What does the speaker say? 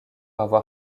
avoir